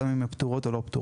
בין אם הן פטורות או לא פטורות.